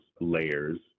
layers